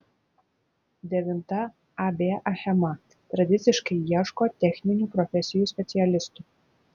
devinta ab achema tradiciškai ieško techninių profesijų specialistų